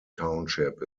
township